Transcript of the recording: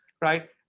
right